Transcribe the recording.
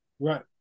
Right